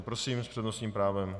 Prosím, s přednostním právem.